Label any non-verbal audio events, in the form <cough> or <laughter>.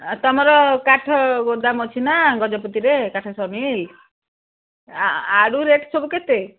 ତମର କାଠ ଗୋଦାମ ଅଛି ନା ଗଜପତିରେ କାଠ <unintelligible> ମିଲ୍ ଆରୁ ରେଟ୍ ସବୁ କେତେ